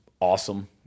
awesome